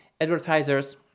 advertisers